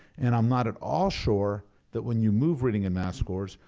and i'm not at all sure that when you move reading and math scores,